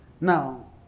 Now